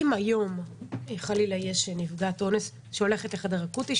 אם היום חלילה יש נפגעת אונס שהולכת לחדר אקוטי,